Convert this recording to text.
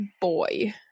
boy